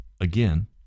again